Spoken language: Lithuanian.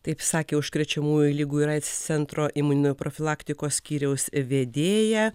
taip sakė užkrečiamųjų ligų ir aids centro imunoprofilaktikos skyriaus vedėja